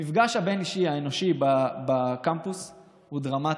המפגש הבין-אישי האנושי בקמפוס הוא דרמטי.